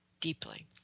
deeply